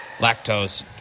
lactose